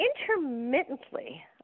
intermittently